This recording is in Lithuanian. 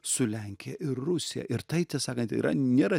su lenkija ir rusija ir tai tiesą sakant yra nėra